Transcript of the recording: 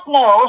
no